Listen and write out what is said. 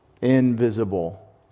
invisible